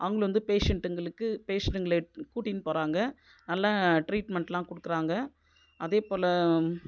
அவங்களும் வந்து பேஷண்ட்டுங்களுக்கு பேஷண்ட்ங்களை இழுட்டு கூட்டின்னு போகிறாங்க நல்லா டிரீட்மெண்ட்லாம் கொடுக்குறாங்க அதே போல